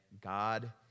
God